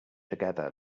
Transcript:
together